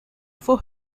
for